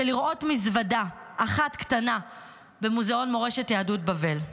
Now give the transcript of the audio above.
לראות מזוודה אחת קטנה במוזיאון מורשת יהדות בבל.